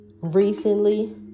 recently